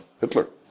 Hitler